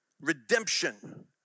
redemption